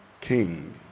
king